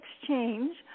exchange